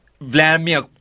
Vladimir